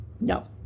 No